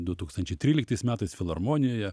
du tūkstančiai tryliktais metais filharmonijoje